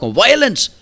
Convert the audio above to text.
violence